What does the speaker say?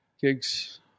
gigs